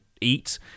eat